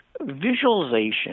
visualization